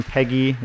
Peggy